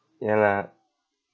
ya lah